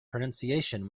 pronunciation